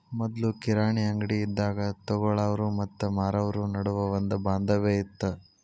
ಮೊದ್ಲು ಕಿರಾಣಿ ಅಂಗ್ಡಿ ಇದ್ದಾಗ ತೊಗೊಳಾವ್ರು ಮತ್ತ ಮಾರಾವ್ರು ನಡುವ ಒಂದ ಬಾಂಧವ್ಯ ಇತ್ತ